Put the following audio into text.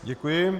Děkuji.